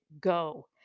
go